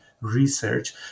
research